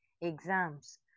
exams